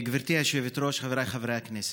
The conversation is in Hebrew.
גברתי היושבת-ראש, חבריי חברי הכנסת,